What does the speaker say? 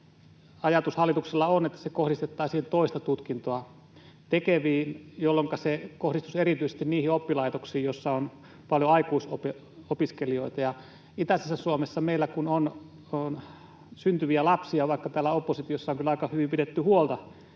Ajatus hallituksella on, että se kohdistettaisiin toista tutkintoa tekeviin, jolloinka se kohdistuisi erityisesti niihin oppilaitoksiin, joissa on paljon aikuisopiskelijoita. Itäisessä Suomessa meillä kun on syntyviä lapsia vähemmän — vaikka täällä oppositiossa on kyllä aika hyvin,